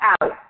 out